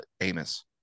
Amos